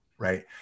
right